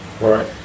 Right